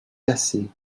cassées